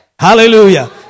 Hallelujah